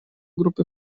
grupy